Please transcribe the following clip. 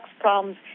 problems